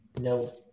No